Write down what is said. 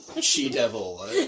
she-devil